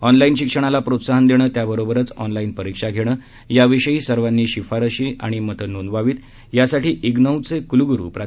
ऑनला जि शिक्षणाला प्रोत्साहन देणे त्याचबरोबर ऑनला जि परीक्षा घेणे याविषयी सर्वांनी शिफारसी मते नोंदवावीत यासाठी ज्मिचे कुलगुरू प्रा